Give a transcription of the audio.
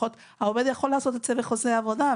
העובד יכול לעשות את זה בחוזה עבודה,